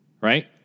Right